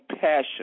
passion